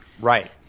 right